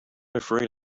afraid